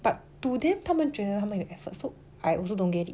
but to then 他们觉得他们有 effort so I also don't get it